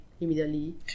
immediately